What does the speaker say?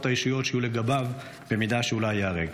האישיות שיהיו לגביו אם אולי ייהרג,